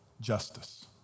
justice